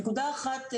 נקודה אחת,